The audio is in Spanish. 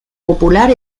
popular